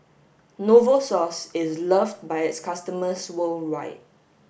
Novosource is loved by its customers worldwide